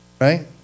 right